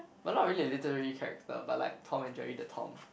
but not really a literary character but like Tom and Jerry the Tom